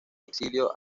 exilio